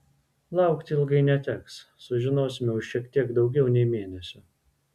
laukti ilgai neteks sužinosime už šiek tiek daugiau nei mėnesio